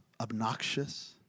obnoxious